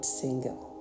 single